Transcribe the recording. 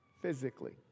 physically